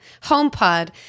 HomePod